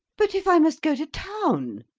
but if i must go to town?